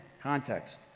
context